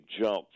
jump